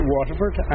Waterford